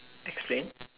explain